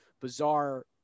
bizarre